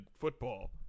football